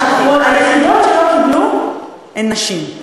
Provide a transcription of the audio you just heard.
היחידות שלא קיבלו הן נשים.